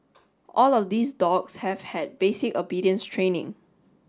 all of these dogs have had basic obedience training